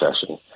session